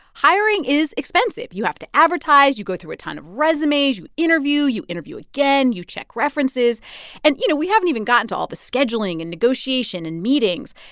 hiring is expensive. you have to advertise. you go through a ton of resumes. you interview. you interview again. you check references and, you know, we haven't even gotten to all the scheduling and negotiation and meetings.